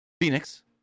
Phoenix